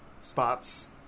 spots